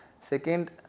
Second